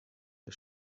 der